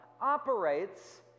operates